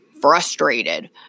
frustrated